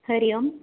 हरिः ओम्